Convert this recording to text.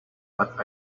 but